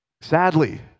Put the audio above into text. Sadly